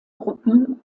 gruppen